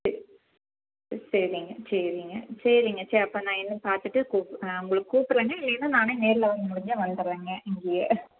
சரி சரிங்க சரிங்க சேங்க சரி அப்போ நான் என்ன பார்த்துட்டு கூப் ஆ உங்களை கூப்பிர்றேங்க இல்லைன்னால் நானே நேரில் வரமுடிஞ்சால் வந்துடுறேங்க இங்கேயே